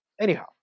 Anyhow